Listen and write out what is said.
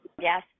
Yes